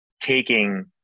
taking